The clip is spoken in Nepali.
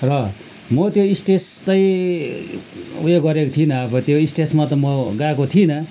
र म त्यो स्टेज चाहिँ ऊ यो गरेको थिइनँ अब त्यो स्टेजमा त म गाएको थिइनँ